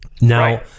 Now